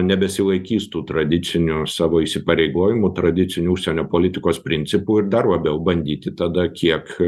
nebesilaikys tų tradicinių savo įsipareigojimų tradicinių užsienio politikos principų ir dar labiau bandyti tada kiek